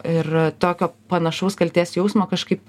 ir tokio panašaus kaltės jausmo kažkaip